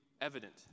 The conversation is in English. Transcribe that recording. evident